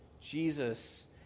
Jesus